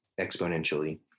exponentially